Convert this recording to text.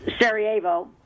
Sarajevo